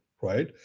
Right